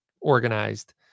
organized